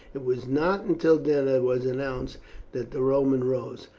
it was not until dinner was announced that the roman rose.